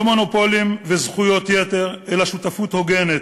לא מונופולים וזכויות יתר, אלא שותפות הוגנת.